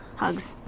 hugs.